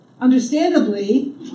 understandably